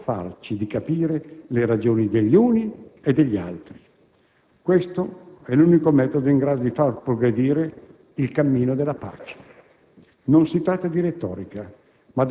ma, al contrario, quello di sforzarci di capire le ragioni degli uni e degli altri. Questo è l'unico metodo in grado di far progredire il cammino della pace.